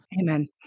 Amen